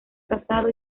casado